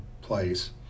place